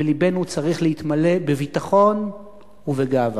ולבנו צריך להתמלא בביטחון ובגאווה.